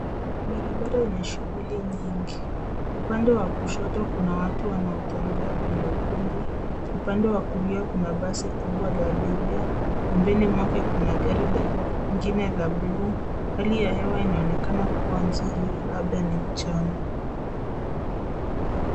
Barabara yenye shughul nyingi. Upande wa kushoto kuna watu wanaotembea kwenye ukumbi. Upande wa kulia kuna basi kubwa la abiria. Pembeni mwake kuna gari lingine la buluu. Hali ya hewa inaonekana kuwa nzuri, labda ni mchana.